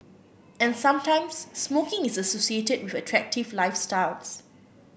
and sometimes smoking is associated with attractive lifestyles